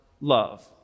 love